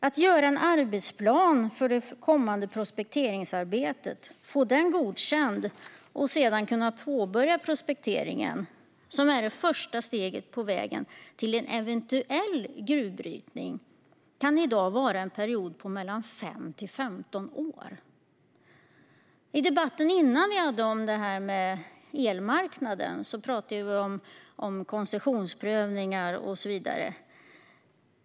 Att göra en arbetsplan för det kommande prospekteringsarbetet, att få den godkänd och att påbörja prospekteringen, som är det första steget på vägen till en eventuell gruvbrytning, kan i dag ta mellan 5 och 15 år. I den tidigare debatten, om elmarknaden, talade vi om koncessionsprövningar och så vidare.